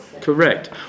Correct